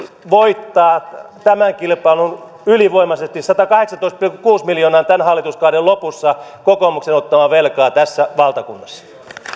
voittaa tämän kilpailun ylivoimaisesti satakahdeksantoista pilkku kuusi miljoonaa on tämän hallituskauden lopussa kokoomuksen ottamaa velkaa tässä valtakunnassa